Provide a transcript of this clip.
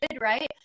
right